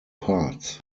parts